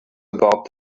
about